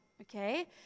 Okay